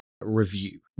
review